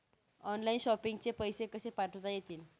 Online shopping चे पैसे कसे पाठवता येतील?